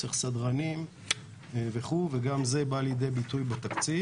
צריך סדרנים וכו', וגם זה בא לידי ביטוי בתקציב.